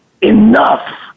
enough